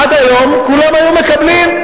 עד היום כולם היו מקבלים,